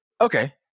okay